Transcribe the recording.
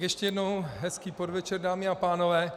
Ještě jednou hezký podvečer, dámy a pánové.